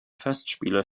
festspiele